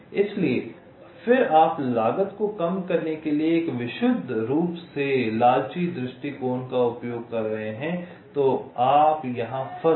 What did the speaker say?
इसलिए फिर आप लागत को कम करने के लिए एक विशुद्ध रूप से लालची दृष्टिकोण का उपयोग कर रहे हैं तो आप यहां फंस जाएंगे